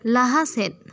ᱞᱟᱦᱟ ᱥᱮᱫ